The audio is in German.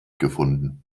gefunden